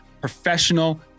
professional